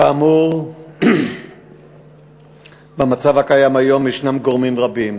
כאמור, במצב הקיים היום יש גורמים רבים